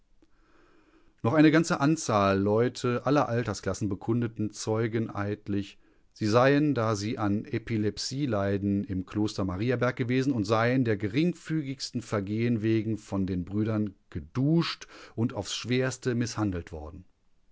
noch eine ganze anzahl leute aller altersklassen bekundeten zeugeneidlich sie seien da sie an epilepsie leiden im kloster mariaberg gewesen und seien der geringfügigsten vergehen wegen von den brüdern geduscht und aufs schwerste mißhandelt worden